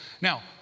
Now